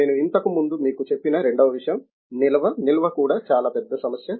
నేను ఇంతకు ముందే మీకు చెప్పిన రెండవ విషయం నిల్వ నిల్వ కూడా చాలా పెద్ద సమస్య